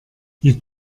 die